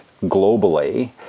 globally